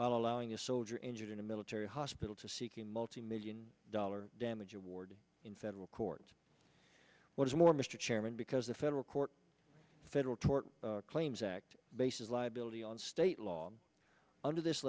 allowing a soldier injured in a military hospital to seeking multi million dollar damage award in federal court what is more mr chairman because the federal court federal tort claims act bases liability on state